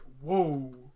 whoa